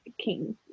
King